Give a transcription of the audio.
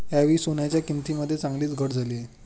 यावेळी सोन्याच्या किंमतीमध्ये चांगलीच घट झाली आहे